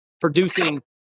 producing